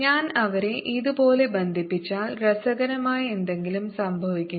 ഞാൻ അവരെ ഇതുപോലെ ബന്ധിപ്പിച്ചാൽ രസകരമായ എന്തെങ്കിലും സംഭവിക്കുന്നു